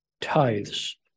tithes